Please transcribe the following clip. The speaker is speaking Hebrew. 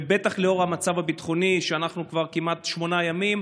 ובטח לנוכח המצב הביטחוני שאנחנו בו כבר כמעט שמונה ימים.